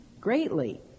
greatly